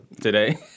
Today